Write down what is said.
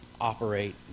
operate